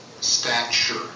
stature